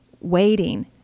waiting